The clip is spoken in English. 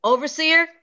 Overseer